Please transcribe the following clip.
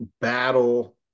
battle